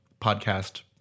podcast